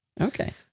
Okay